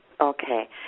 Okay